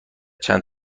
چند